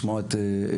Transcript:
ורצית לשמוע את תגובתי,